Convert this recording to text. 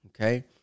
Okay